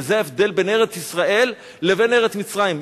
וזה ההבדל בין ארץ-ישראל לבין ארץ מצרים,